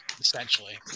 Essentially